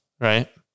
Right